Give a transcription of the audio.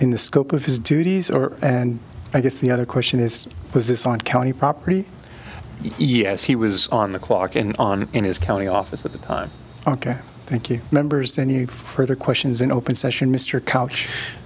in the scope of his duties or and i guess the other question is was this on county property yes he was on the clock and on in his county office at the time ok thank you members any further questions in open session mr couch